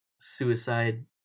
suicide